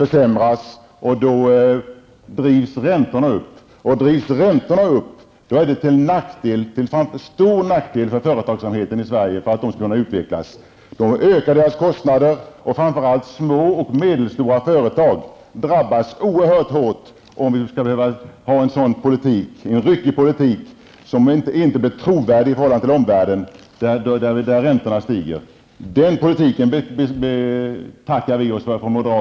Räntorna drivs därmed uppåt, och det är en stor nackdel för utvecklingen av företagsamheten i Sverige. Företagens kostnader ökar. Framför allt små och medelstora företag drabbas oerhört hårt av en sådan här ryckig politik, som inte skapar trovärdighet i omvärlden och som innebär att räntorna stiger. En sådan politik betackar vi moderater oss för.